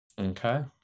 okay